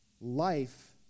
life